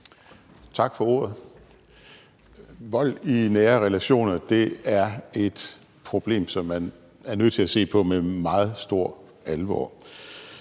Tak for ordet. Vold i nære relationer er et problem, som man er nødt til at se på med meget stor alvor.